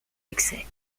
excès